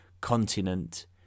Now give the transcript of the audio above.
continent